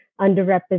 underrepresented